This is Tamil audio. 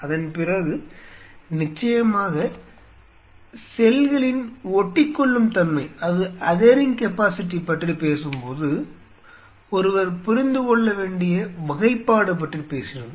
அதன்பிறகு நிச்சயமாக செல்ளின் ஒட்டிக்கொள்ளும் தன்மை பற்றி பேசும்போது ஒருவர் புரிந்து கொள்ள வேண்டிய வகைப்பாடு பற்றி பேசினோம்